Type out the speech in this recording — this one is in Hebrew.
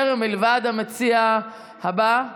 טוב, קדימה.